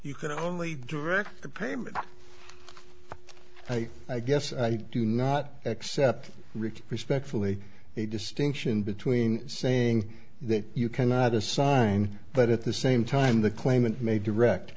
you can only direct the payment i guess i do not accept rich respectfully a distinction between saying that you cannot assign but at the same time the claimant may direct